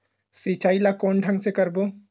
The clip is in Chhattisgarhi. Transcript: सिंचाई ल कोन ढंग से करबो?